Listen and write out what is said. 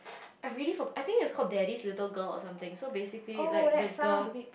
I really forgot~ I think it's called Daddy's Little Girl or something so basically like the girl